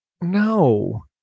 No